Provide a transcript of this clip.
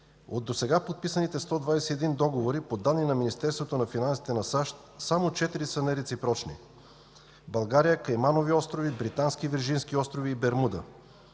От досега подписаните 121 договора, по данни на Министерството на финансите на САЩ, само 4 са нереципрочни – България, Кайманови острови, Британски Вирджински острови и Бермуда.